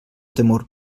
temor